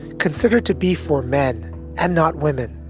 considered to be for men and not women,